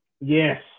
Yes